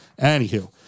Anywho